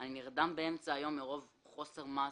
אני נרדם באמצע היום מתוך חוסר מעש.